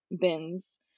bins